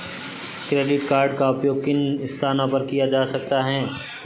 Credit card का उपयोग किन स्थानों पर किया जा सकता है?